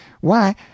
Why